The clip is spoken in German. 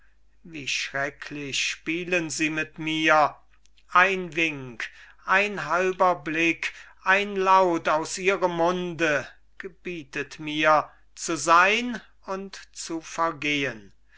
wie schrecklich spielen sie mit mir ein wink ein halber blick ein laut aus ihrem munde gebietet mir zu sein und zu vergehen